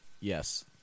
Yes